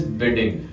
bidding